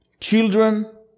Children